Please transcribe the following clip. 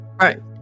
right